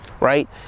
right